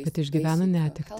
kad išgyveno netektį